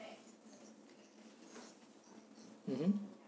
mmhmm